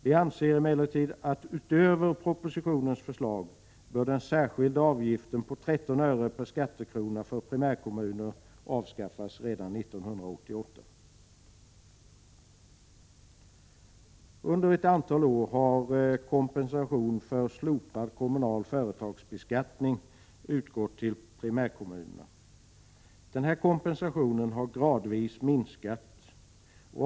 Vi anser emellertid att — utöver propositionens förslag — den särskilda avgiften på 13 öre per skattekrona för primärkommuner bör avskaffas redan 1988. Under ett antal år har kompensation för slopad kommunal företagsbeskattning utgått till primärkommunerna. Denna kompensation har gradvis minskat.